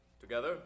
Together